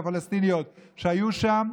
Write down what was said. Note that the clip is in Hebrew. הפלסטיניות שהיו שם,